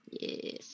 Yes